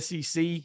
SEC